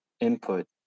input